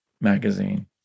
Magazine